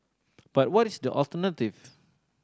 but what is the alternative